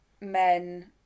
men